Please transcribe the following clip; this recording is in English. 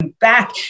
back